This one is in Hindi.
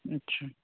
अच्छा